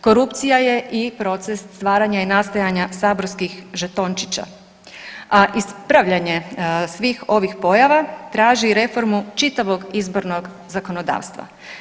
Korupcija je i proces stvaranja i nastajanja saborskih žetončića, a ispravljanje svih ovih pojava traži reformu čitavog izbornog zakonodavstva.